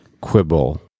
quibble